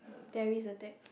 terrorist attack